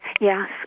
Yes